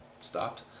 stopped